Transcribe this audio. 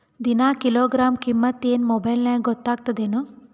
ದಿನಾ ಕಿಲೋಗ್ರಾಂ ಕಿಮ್ಮತ್ ಏನ್ ಮೊಬೈಲ್ ನ್ಯಾಗ ಗೊತ್ತಾಗತ್ತದೇನು?